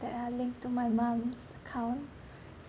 that are linked to my mum's account